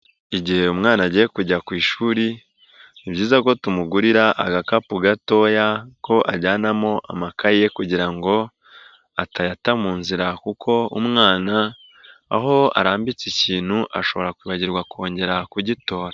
Igihe umwana agiye kujya ku ishuri ni byiza ko tumugurira agakapu gatoya ko ajyanamo amakaye kugira ngo atayata mu nzira kuko umwana aho arambitse ikintu ashobora kwibagirwa kongera kugitora.